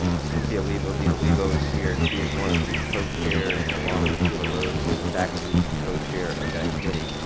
cynthia olivo, dean olivo is here. she is one of the co-chairs along with shelagh rose is a faculty co-chair of that committee.